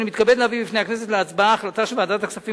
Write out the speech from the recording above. אני מתכבד להביא בפני הכנסת להצבעה החלטה של ועדת הכספים